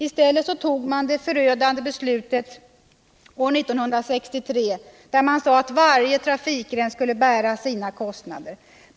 I stället tog man det förödande beslutet år 1963, då man sade att varje trafikgren skall bära sina kostnader.